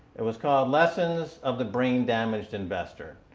it was called lessons of the brain-damaged investor.